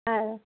ஆ